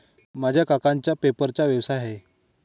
माझ्या काकांचा पेपरचा व्यवसाय आहे